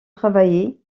travailler